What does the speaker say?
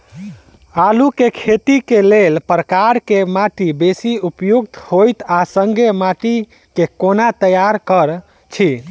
आलु केँ खेती केँ लेल केँ प्रकार केँ माटि बेसी उपयुक्त होइत आ संगे माटि केँ कोना तैयार करऽ छी?